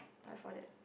like for that